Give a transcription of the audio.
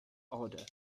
odor